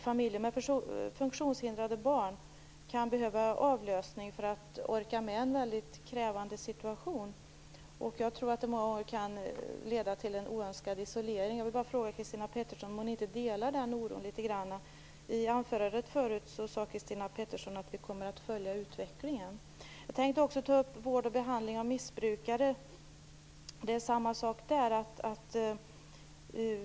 Familjer med funktionshindrade barn kan behöva avlösning för att orka med en väldigt krävande situation, och jag tror att det många gånger kan leda till en oönskad isolering. Delar inte Christina Petterson den oron i någon mån? I sitt anförande sade hon ju att hon skulle följa utvecklingen. Jag tänkte också ta upp vård och behandling av missbrukare.